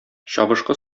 чабышкы